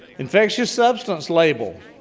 infectious substance label.